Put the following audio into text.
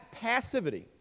passivity